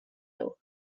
nhw